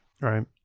right